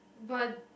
but